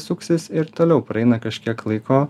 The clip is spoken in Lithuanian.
suksis ir toliau praeina kažkiek laiko